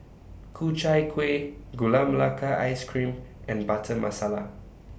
Ku Chai Kuih Gula Melaka Ice Cream and Butter Masala